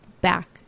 back